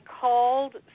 called